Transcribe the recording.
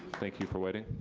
thank you for waiting.